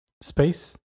space